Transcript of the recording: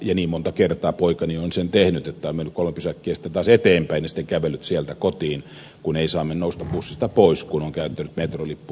ja monta kertaa poikani on sen tehnyt että on mennyt sitten kolme pysäkkiä eteenpäin ja kävellyt sieltä kotiin kun ei saa nousta bussista pois jos on käyttänyt metrolippua